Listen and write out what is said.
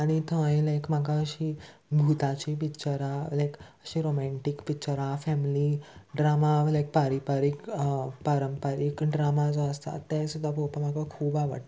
आनी थंय लायक म्हाका अशी भुताची पिक्चरां लायक अशी रोमेंटीक पिक्चरां फॅमिली ड्रामा लायक पारंपारीक पारंपारीक ड्रामा जो आसता तें सुद्दां पोवपाक म्हाका खूब आवडटा